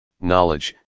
knowledge